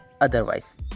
otherwise